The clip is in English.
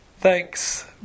Thanks